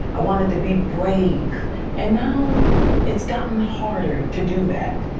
i wanted to be brave and now it's gotten harder to do that,